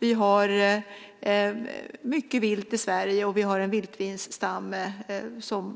Vi har mycket vilt i Sverige, och vi har en vildsvinsstam